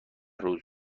روز